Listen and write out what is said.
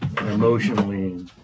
emotionally